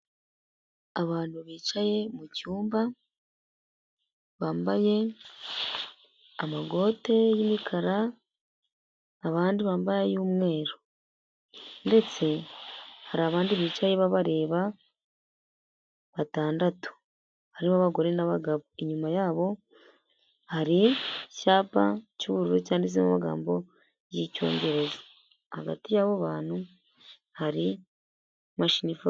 Abantu bicaye mucyumba bambaye amakote yumukara abandi bambaye ayumweru ndetse hari abandi bicaye babareba batandatu harimo abagore n'abagabo inyuma yabo hari cyapa cy'ubururu cyanditseho amagambo y'icyongereza hagati ya bantu hari imashini ifotora.